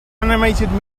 animated